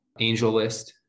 AngelList